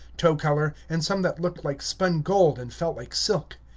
tow-color, and some that looked like spun gold and felt like silk.